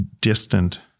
distant